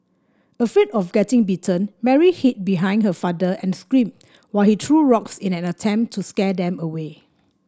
afraid of getting bitten Mary hid behind her father and screamed while he threw rocks in an attempt to scare them away